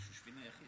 השושבין היחיד.